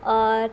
اور